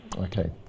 Okay